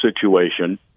situation